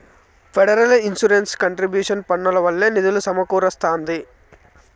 federal insurance contribution పన్నుల వల్లే నిధులు సమకూరస్తాంది